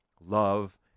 love